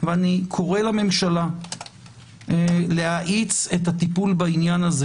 ואני קורא לממשלה להאיץ את הטיפול בעניין הזה.